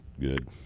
good